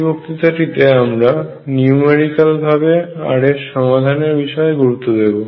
এই বক্তৃতাটিতে আমরা নিউমেরিকাল ভাবে r এর সমাধান এর বিষয়ে গুরুত্ব দেব